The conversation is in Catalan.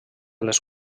les